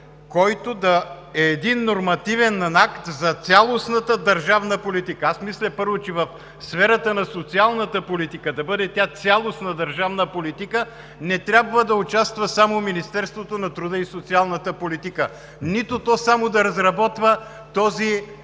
който да е един нормативен акт за цялостната държавна политика. Аз мисля първо, че в сферата на социалната политика да бъде тя цялостна държавна политика не трябва да участва само Министерството на труда и социалната политика, нито то само да разработва този